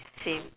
same